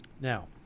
Now